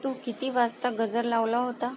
तू किती वाजता गजर लावला होता